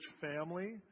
family